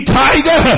tiger